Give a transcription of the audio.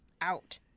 out